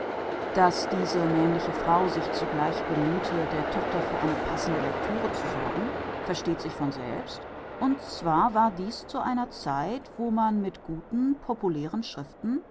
daß diese nämliche frau sich zugleich bemühte der tochter für eine passende lectüre zu sorgen versteht sich von selbst und zwar war dies zu einer zeit wo man mit guten populären schriften